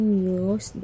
news